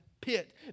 pit